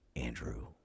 Andrew